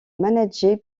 manager